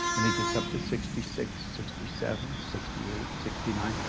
and it gets up to sixty six, sixty seven, sixty eight, sixty nine,